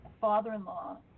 father-in-law